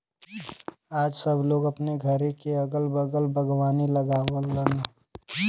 आज सब लोग अपने घरे क अगल बगल बागवानी लगावलन